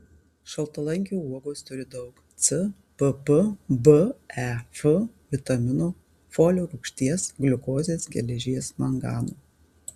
šaltalankių uogos turi daug c pp b e f vitaminų folio rūgšties gliukozės geležies mangano